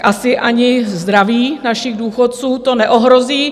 Asi ani zdraví našich důchodců to neohrozí.